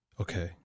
Okay